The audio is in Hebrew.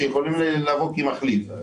והם יכולים לבוא במחליף.